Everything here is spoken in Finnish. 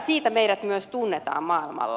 siitä meidät myös tunnetaan maailmalla